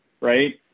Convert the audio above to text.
right